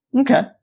okay